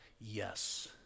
Yes